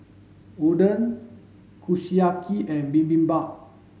Oden Kushiyaki and Bibimbap